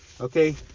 Okay